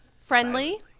friendly